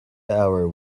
hour